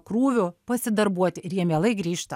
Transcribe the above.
krūviu pasidarbuoti ir jie mielai grįžta